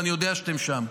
ואני יודע שאתם שם: